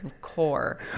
core